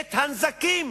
הנזקים